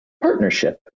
partnership